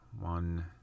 one